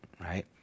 right